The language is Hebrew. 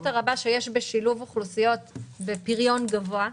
הרבה שיש בשילוב אוכלוסיות בפריון גבוה.